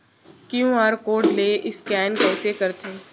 QR code ले scan कइसे करथे?